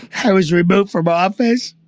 i was removed from ah office.